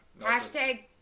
Hashtag